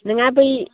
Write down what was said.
नङा बै